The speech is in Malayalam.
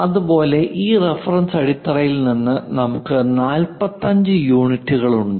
അതുപോലെ ഈ റഫറൻസ് അടിത്തറയിൽ നിന്ന് നമുക്ക് 45 യൂണിറ്റുകളുണ്ട്